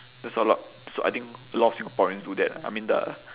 there's a lot so I think a lot of singaporean do that I mean the